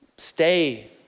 stay